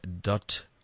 dot